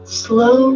slow